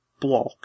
block